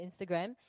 Instagram